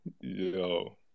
Yo